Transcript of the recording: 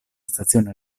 stazione